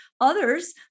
Others